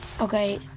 Okay